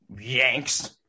yanks